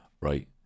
right